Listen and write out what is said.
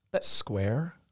Square